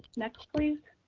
next, please.